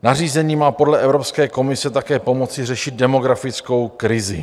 Nařízení má podle Evropské komise také pomoci řešit demografickou krizi.